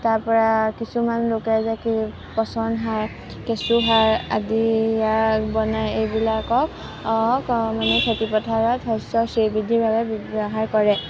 তাৰপৰা কিছুমান লোকে পচন সাৰ কেঁচু সাৰ আদি ইয়াক বনায় এইবিলাকক মানে খেতি পথাৰত শস্যৰ শ্ৰীবৃদ্ধিৰ বাবে ব্যৱহাৰ কৰে